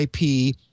IP